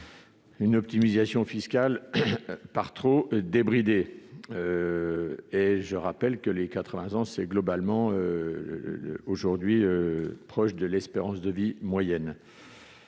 une optimisation fiscale par trop débridée. Je rappelle que l'âge de 80 ans est globalement proche aujourd'hui de l'espérance de vie moyenne.